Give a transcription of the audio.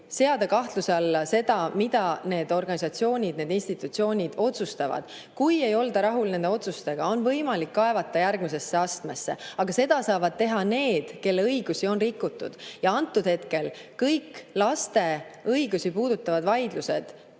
seada kahtluse alla, mida need organisatsioonid, need institutsioonid otsustavad. Kui ei olda nende otsustega rahul, on võimalik kaevata järgmisesse astmesse, aga seda saavad teha need, kelle õigusi on rikutud. Ja kõik laste õigusi puudutavad vaidlused